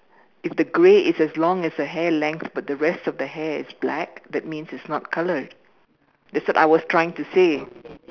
if the grey is as long as the hair length but the rest of the hair is black that means it's not coloured that's what I was trying to say